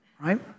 right